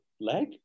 leg